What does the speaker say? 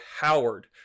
Howard